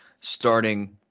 starting